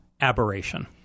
Aberration